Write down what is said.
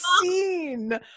scene